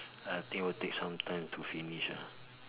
I think it'll take some time to finish lah